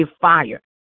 fire